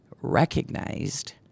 recognized